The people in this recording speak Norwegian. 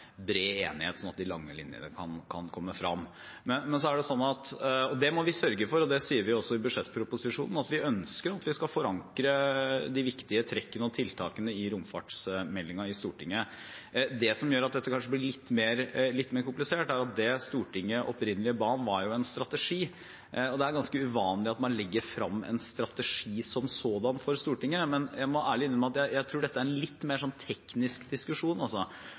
bred enighet, sånn at de lange linjene kan komme frem. Det må vi sørge for, og vi sier også i budsjettproposisjonen at vi ønsker at vi skal forankre de viktige trekkene og tiltakene i romfartsstrategien, i Stortinget. Det som kanskje gjør dette litt mer komplisert, er at det Stortinget opprinnelig ba om, var en strategi, og det er ganske uvanlig at man legger frem en strategi som sådan for Stortinget. Men jeg må ærlig innrømme at jeg tror dette er en litt mer teknisk diskusjon,